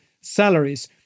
salaries